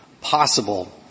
possible